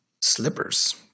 slippers